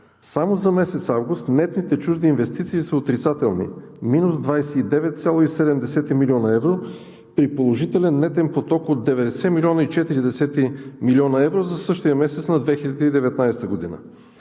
Само за месец август нетните чужди инвестиции са отрицателни – минус 29,7 млн. евро, при положителен нетен поток от 90,4 млн. евро за същия месец на 2019 г.